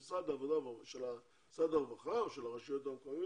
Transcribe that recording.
של משרד העבודה והרווחה או של הרשויות המקומיות,